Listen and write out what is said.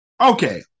okay